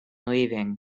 leaving